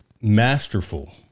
masterful